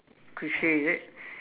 cliche is it